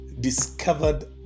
discovered